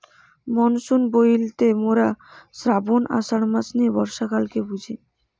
monsoon বইলতে মোরা শ্রাবন, আষাঢ় মাস নিয়ে বর্ষাকালকে বুঝি